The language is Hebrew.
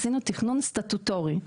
עשינו תכנון סטטוטורי.